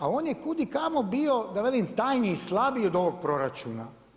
A on je kud i kamo bio da velim, tanji, slabiji od ovog proračuna.